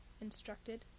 instructed